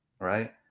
Right